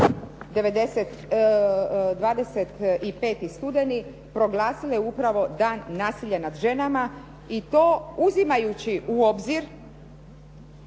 25. studeni proglasile upravo Dan nasilja nad ženama i to uzimajući u obzir